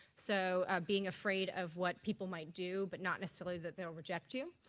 so being afraid of what people might do but not necessarily that they'll reject you.